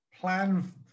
plan